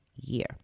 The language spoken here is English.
year